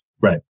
Right